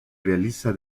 realiza